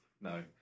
No